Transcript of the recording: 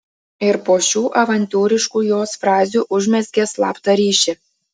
ir po šių avantiūristiškų jos frazių užmezgė slaptą ryšį